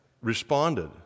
responded